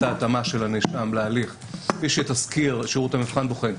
ההתאמה של הנאשם להליך כפי שתסקיר שירות המבחן בוחן,